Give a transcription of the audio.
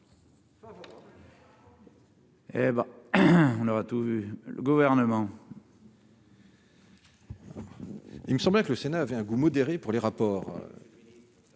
Favori. On aura tout vu le gouvernement. Il me semble que le Sénat avait un goût immodéré pour les rapports